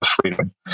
freedom